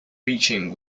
preaching